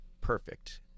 perfect